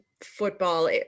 football